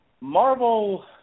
Marvel